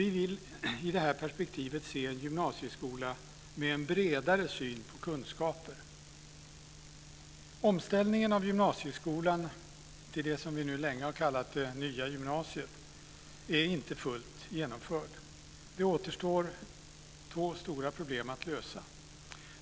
Vi vill i detta perspektiv se en gymnasieskola med en bredare syn på kunskaper. Omställningen av gymnasieskolan till det som vi nu länge har kallat det nya gymnasiet är inte fullt genomförd. Det återstår två stora problem att lösa.